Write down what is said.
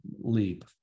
leap